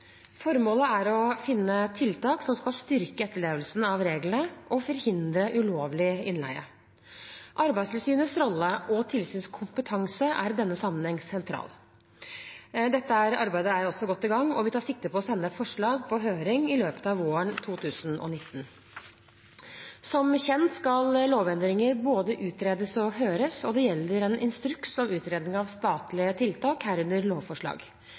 Formålet er å finne tiltak som skal styrke etterlevelsen av reglene, og å forhindre ulovlig innleie. Arbeidstilsynets rolle og tilsynskompetanse er i denne sammenheng sentral. Dette arbeidet er godt i gang, og vi tar sikte på å sende et forslag på høring i løpet av våren 2019. Som kjent skal lovendringer både utredes og høres, og det gjelder en instruks om utredning av statlige tiltak, herunder lovforslag.